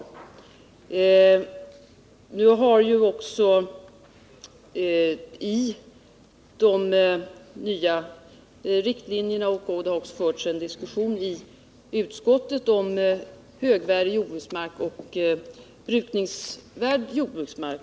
I bostadsdepartementets promemoria talas om brukningsvärd jordbruksmark, och utskottet har diskuterat frågan om högvärdig resp. brukningsvärd jordbruksmark.